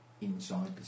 inside